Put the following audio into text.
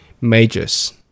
majors